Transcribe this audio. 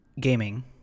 Gaming